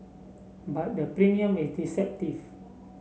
but the premium is deceptive